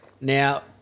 Now